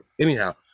anyhow